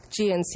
GNC